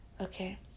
okay